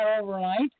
overnight